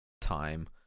time